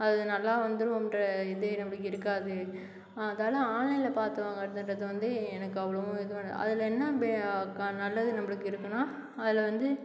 அது நல்லா வந்துடுன்ற இதே நம்மளுக்கு இருக்காது அதாவது ஆன்லைனில் பார்த்தோன்றது வந்து எனக்கு அவ்வளவும் அதில் என்ன பெ நல்லது நம்மளுக்கு இருக்குதுனா அதில் வந்து